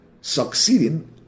succeeding